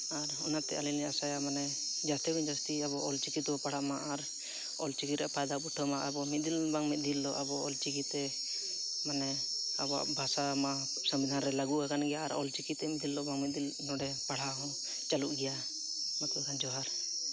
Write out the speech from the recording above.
ᱟᱨ ᱚᱱᱟᱛᱮ ᱟᱹᱞᱤᱧ ᱞᱤᱧ ᱟᱥᱟᱭᱟ ᱢᱟᱱᱮ ᱡᱟᱹᱥᱛᱤ ᱠᱷᱚᱱ ᱡᱟᱹᱥᱛᱤ ᱟᱵᱚ ᱚᱞᱪᱤᱠᱤ ᱛᱮᱵᱚᱱ ᱯᱟᱲᱦᱟᱜ ᱢᱟ ᱟᱨ ᱚᱞᱪᱤᱠᱤ ᱨᱮᱭᱟᱜ ᱯᱷᱟᱭᱫᱟ ᱵᱚᱱ ᱩᱴᱷᱟᱹᱣ ᱢᱟ ᱟᱵᱚ ᱢᱤᱫ ᱫᱤᱱ ᱵᱟᱝ ᱢᱤᱫ ᱫᱤᱱ ᱦᱤᱞᱳᱜ ᱟᱵᱚ ᱚᱞᱪᱤᱠᱤ ᱛᱮ ᱢᱟᱱᱮ ᱟᱵᱚᱣᱟᱜ ᱵᱷᱟᱥᱟ ᱢᱟ ᱥᱚᱝᱵᱤᱫᱷᱟᱱ ᱨᱮ ᱞᱟᱹᱜᱩᱣᱟᱠᱟᱱ ᱜᱮᱭᱟ ᱟᱨ ᱚᱞᱪᱤᱠᱤ ᱛᱮ ᱢᱤᱫ ᱫᱤᱱ ᱵᱟᱝ ᱢᱤᱫ ᱫᱤᱱ ᱦᱤᱞᱚᱜ ᱱᱚᱰᱮ ᱯᱟᱲᱦᱟᱣ ᱦᱚᱸ ᱪᱟᱹᱞᱩᱜ ᱜᱮᱭᱟ ᱢᱟ ᱛᱚᱵᱮ ᱠᱷᱟᱱ ᱡᱚᱦᱟᱨ